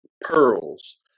pearls